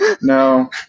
No